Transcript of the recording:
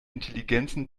intelligenzen